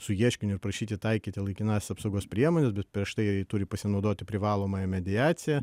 su ieškiniu prašyti taikyti laikinąsias apsaugos priemones bet prieš tai turi pasinaudoti privalomąja mediacija